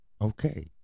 Okay